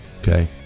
okay